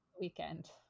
weekend